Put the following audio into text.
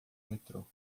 metrô